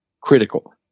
critical